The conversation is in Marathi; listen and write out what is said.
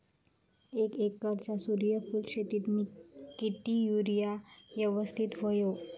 एक एकरच्या सूर्यफुल शेतीत मी किती युरिया यवस्तित व्हयो?